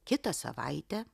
kitą savaitę